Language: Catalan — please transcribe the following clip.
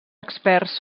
experts